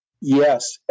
Yes